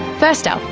first up,